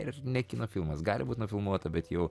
ir ne kino filmas gali būt nufilmuota bet jau